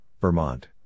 Vermont